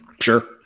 Sure